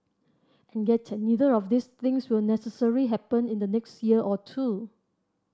and yet neither of these things will necessary happen in the next year or two